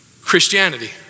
Christianity